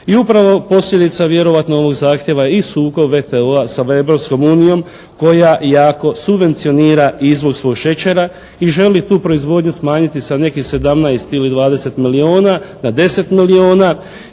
i upravo posljedica vjerovatno zahtjeva i sukob ETO-a sa Europskom unijom koja jako subvencionira izvoz svog šećera i želi tu proizvodnju smanjiti sa nekih 17 ili 20 milijona na 10 milijona